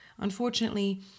Unfortunately